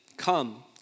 Come